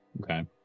okay